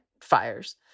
fires